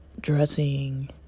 dressing